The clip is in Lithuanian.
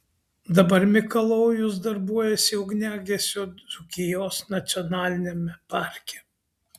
dabar mikalojus darbuojasi ugniagesiu dzūkijos nacionaliniame parke